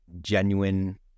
genuine